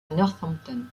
northampton